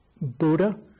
Buddha